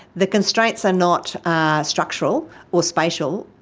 the constraints are not ah structural or spatial,